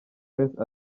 grace